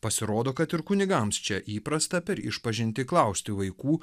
pasirodo kad ir kunigams čia įprasta per išpažintį klausti vaikų